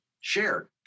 shared